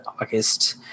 August